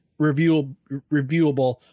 reviewable